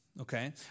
okay